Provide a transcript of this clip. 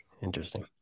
Interesting